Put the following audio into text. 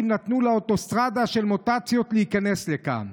נתנו לאוטוסטרדה של מוטציות להיכנס לכאן.